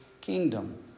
kingdom